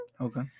okay